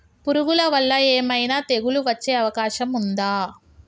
పురుగుల వల్ల ఏమైనా తెగులు వచ్చే అవకాశం ఉందా?